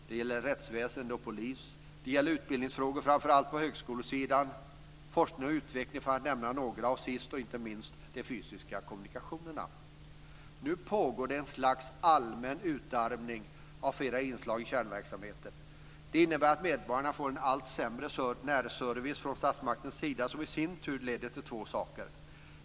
Det gäller rättsväsende och polis. Det gäller utbildningsfrågor, framför allt på högskolesidan, forskning och utveckling, för att nämna några, och sist men inte minst de fysiska kommunikationerna. Nu pågår det ett slags allmän utarmning av flera inslag i kärnverksamheten. Det innebär att medborgarna får en allt sämre närservice från statsmaktens sida som i sin tur leder till två saker.